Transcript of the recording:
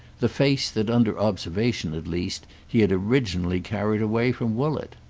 the face that, under observation at least, he had originally carried away from woollett.